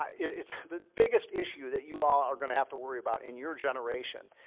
um it's the biggest issue that you all are gonna have to worry about in your generation.